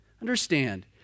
Understand